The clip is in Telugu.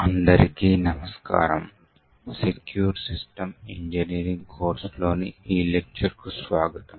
అందరికీ నమస్కారం సెక్యూర్ సిస్టమ్ ఇంజనీరింగ్ కోర్సు లోని ఈ లెక్చర్ కు స్వాగతం